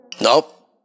Nope